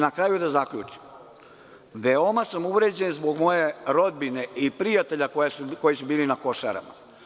Na kraju da zaključim, veoma sam uvređen zbog moje rodbine i prijatelja koji su bili na Košarama.